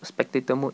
spectator mode